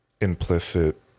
implicit